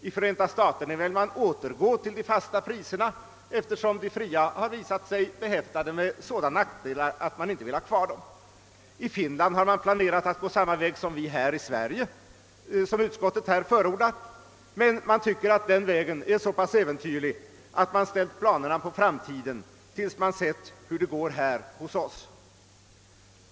I Förenta staterna vill man återgå till de fasta priserna, eftersom de fria har visat sig vara behäftade med sådana nackdelar att man inte vill ha kvar dem. I Finland har man planerat att gå samma väg som utskottet här har förordat. Men man tycker att den vägen är så pass äventyrlig att dessa planer ställts på framtiden tills man sett hur det gått hos oss.